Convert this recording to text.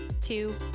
two